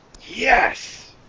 yes